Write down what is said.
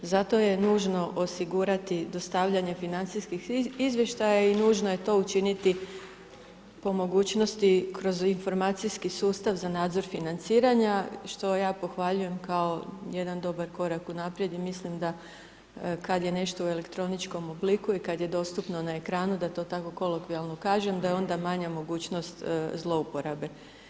Zato je nužno osigurati dostavljanje financijskih izvještaja i nužno je to učiniti po mogućnosti kroz informacijski sustav za nadzor financiranja, što ja pohvaljujem kao jedan dobar korak u naprijed i mislim da kad je nešto u elektroničkom obliku i kad je dostupno na ekranu, da to tako kolokvijalno kažem da je onda manja mogućnost zlouporabe.